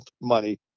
money